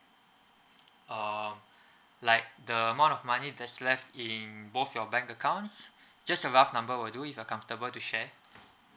um like the amount of money that's left in both your bank accounts just a rough number will do if you're comfortable to share